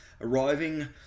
arriving